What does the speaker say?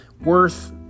worth